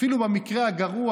אפילו במקרה הגרוע,